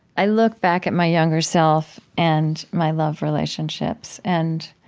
i look back at my younger self and my love relationships, and